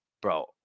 Bro